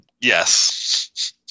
yes